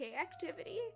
activity